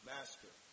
Master